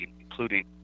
including